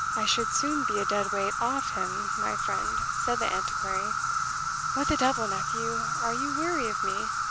i should soon be a dead weight off him, my friend, said the antiquary what the devil, nephew, are you weary of me?